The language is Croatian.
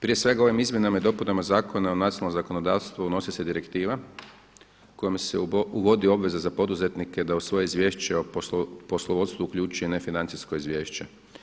Prije svega ovim izmjenama i dopunama zakona u nacionalno zakonodavstvo unosi se direktiva kojom se uvodi obveza za poduzetnike da u svoje izvješće o poslovodstvu uključi nefinancijsko izvješće.